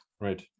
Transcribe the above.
right